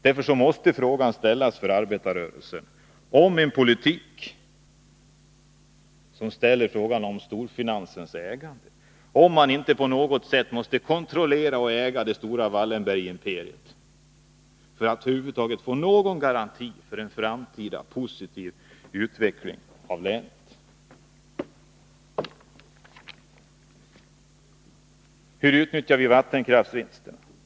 Därför måste arbetarrörelsen, om man för en politik som ifrågasätter storfinansens ägande, ställa frågan om man inte på något sätt måste kontrollera och äga det stora Wallenbergimperiet för att över huvud taget få någon garanti för en framtida positiv utveckling i länet. Hur utnyttjar vi vattenkraftsvinsterna?